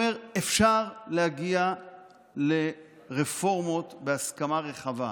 שאפשר להגיע לרפורמות בהסכמה רחבה.